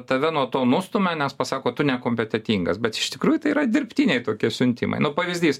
tave nuo to nustumia nes pasako tu nekompetentingas bet iš tikrųjų tai yra dirbtiniai tokie siuntimai nu pavyzdys